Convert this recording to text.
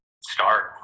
start